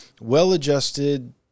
well-adjusted